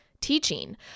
teaching